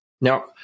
Now